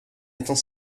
étant